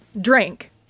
drink